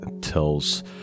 tells